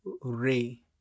Ray